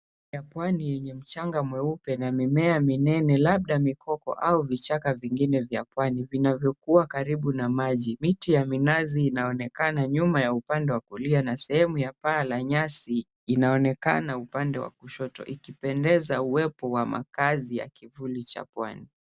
Ya pwani yenye mchanga mweupe na mimea minene labda mikoko au vichaka vingine vya pwani vinavyokuwa karibu na maji. Miti ya minazi inaonekana nyuma ya upande wa kulia na sehemu ya paa la nyasi inaonekana upande wa kushoto ikipendeza uwepo wa makazi ya kivuli cha pwani.